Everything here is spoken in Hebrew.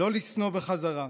לא לשנוא בחזרה,